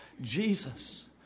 Jesus